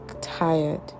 tired